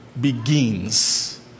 begins